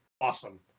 awesome